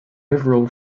overall